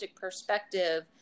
perspective